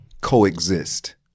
coexist